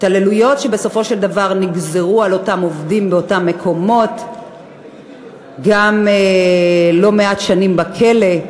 בסופו של דבר נגזרו על אותם עובדים באותם מקומות גם לא מעט שנים בכלא,